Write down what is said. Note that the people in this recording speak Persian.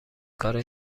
کار